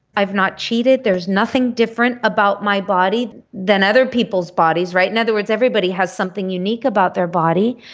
i've not cheated, there is nothing different about my body than other people's bodies. in and other words, everybody has something unique about their body.